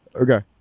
okay